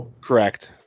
Correct